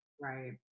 Right